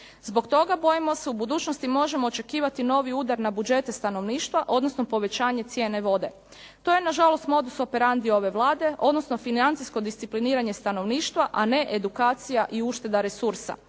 Zbog toga bojimo se u budućnosti možemo očekivati novi udar na budžete stanovništva, odnosno povećanje cijene vode. To je na žalost modus operandi ove Vlade, odnosno financijsko discipliniranje stanovništva, a ne edukacija i ušteda resursa.